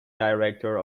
director